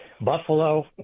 Buffalo